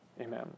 Amen